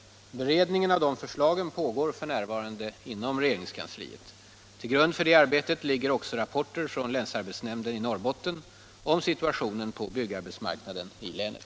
Beredning av dessa förslag pågår f. n. inom regeringskansliet. Till grund för detta arbete ligger även rapporter från länsarbetsnämnden i Norrbotten om situationen på byggarbetsmarknaden i länet.